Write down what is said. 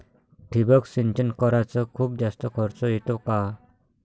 ठिबक सिंचन कराच खूप जास्त खर्च येतो का?